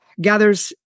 gathers